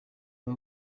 aba